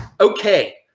Okay